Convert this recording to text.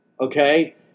okay